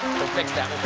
fix that.